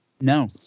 No